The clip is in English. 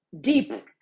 deep